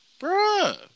Bruh